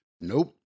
Nope